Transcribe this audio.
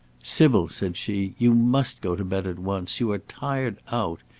sybil, said she, you must go to bed at once. you are tired out.